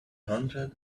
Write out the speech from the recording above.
hundred